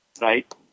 Right